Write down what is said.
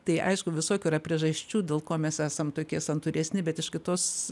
tai aišku visokių yra priežasčių dėl ko mes esam tokie santūresni bet iš kitos